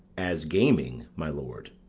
as gaming, my lord.